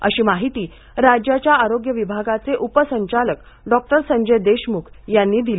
अशी माहिती राज्याचे आरोग्य विभागाचे उपसंचालक डॉक्टर संजय देशमुख यांनी दिली